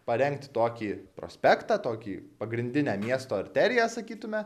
parengti tokį prospektą tokį pagrindinę miesto arteriją sakytume